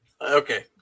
okay